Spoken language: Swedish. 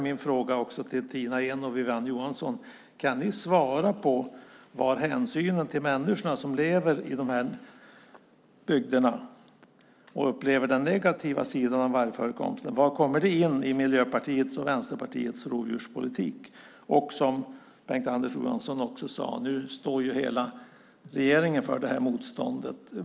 Min fråga till Tina Ehn och Wiwi-Anne Johansson är då: Kan ni svara på var hänsynen till människorna som lever i de här bygderna och upplever den negativa sidan av vargförekomsten kommer in i Miljöpartiets och Vänsterpartiets rovdjurspolitik? Som Bengt-Anders Johansson också sade så står ju hela oppositionen för det här motståndet.